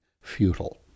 futile